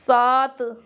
سات